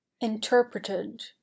Interpreted